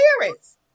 parents